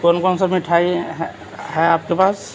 کون کون سا مٹھائی ہے آپ کے پاس